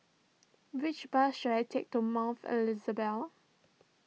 which bus should I take to Mouth Elizabeth